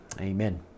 amen